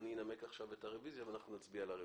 אני אנמק עכשיו את הרביזיה ונצביע עליה.